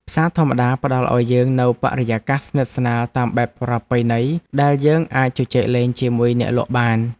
ផ្សារធម្មតាផ្តល់ឱ្យយើងនូវបរិយាកាសស្និទ្ធស្នាលតាមបែបប្រពៃណីដែលយើងអាចជជែកលេងជាមួយអ្នកលក់បាន។